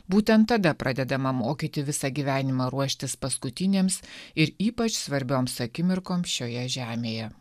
būtent tada pradedama mokyti visą gyvenimą ruoštis paskutinėms ir ypač svarbioms akimirkoms šioje žemėje